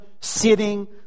sitting